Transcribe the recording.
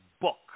book